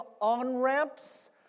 on-ramps